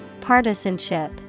Partisanship